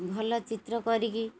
ଭଲ ଚିତ୍ର କରିକି